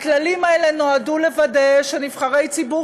הכללים האלה נועדו לוודא שנבחרי ציבור